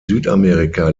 südamerika